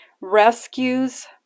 rescues